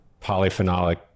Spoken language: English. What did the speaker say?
polyphenolic